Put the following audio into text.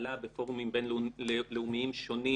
והתנהלה בפורומים בינלאומיים שונים